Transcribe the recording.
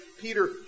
Peter